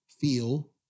feel